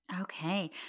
Okay